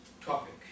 topic